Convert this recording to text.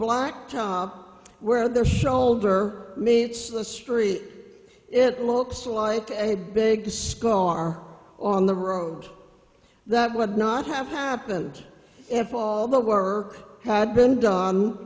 blacktop where their shoulder meets the street it looks like a big scar on the road that would not have happened if all the work had been done